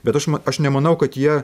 bet aš ma aš nemanau kad jie